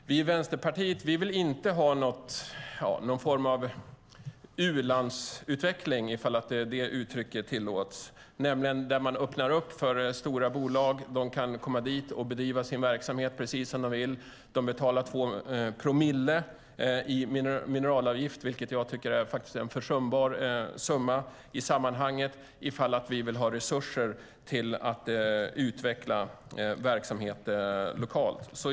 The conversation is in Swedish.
Vi i Vänsterpartiet vill inte ha någon form av u-landsutveckling, ifall det uttrycket tillåts, nämligen där man öppnar upp för stora bolag. De kan komma dit och bedriva sin verksamhet precis som de vill. De betalar 2 promille i mineralavgift, vilket jag tycker är en försumbar summa i sammanhanget ifall vi vill ha resurser till att utveckla verksamhet lokalt.